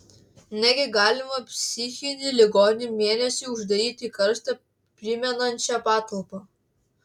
negi galima psichinį ligonį mėnesiui uždaryti į karstą primenančią patalpą